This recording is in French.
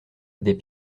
des